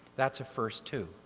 that's a first too.